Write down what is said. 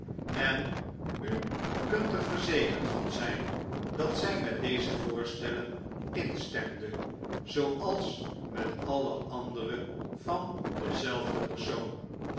en u kunt er verzekerd van zijn dat zij met deze voorstellen instemde zooals met alle andere van denzelfden persoon